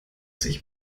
sich